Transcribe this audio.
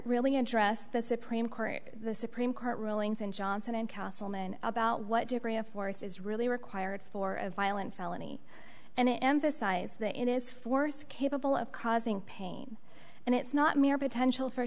really address the supreme court the supreme court rulings in johnson and councilman about what degree of force is really required for a violent felony and it emphasized that it is force capable of causing pain and it's not mere potential for